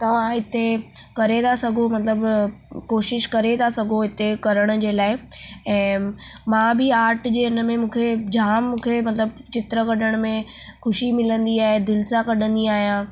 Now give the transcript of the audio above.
तव्हां हिते करे था सघो मतलबु कोशिश करे था सघो हिते करण जे लाइ ऐं मां बि आर्ट जे हिन में मूंखे जाम मूंखे मतलबु चित्र कढण में ख़ुशी मिलंदी आहे दिलि सां कढंदी आहियां